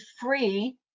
free